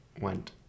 went